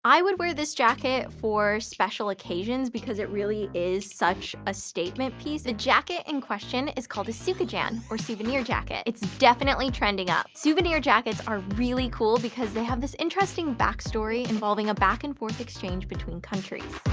i would wear this jacket for special occasions because it really is such a statement piece. the jacket in question is called a sukajan, or souvenir jacket. it's definitely trending up. souvenir jackets are really cool because they have this interesting back-story involving a back and forth exchange between countries.